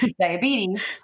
diabetes